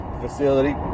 Facility